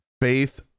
faith